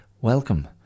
Welcome